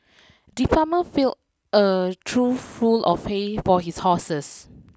the farmer fill a trough full of hay for his horses